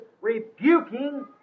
rebuking